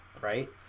right